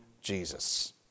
Jesus